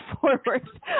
forward